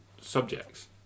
subjects